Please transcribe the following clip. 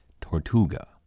Tortuga